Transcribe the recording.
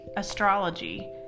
astrology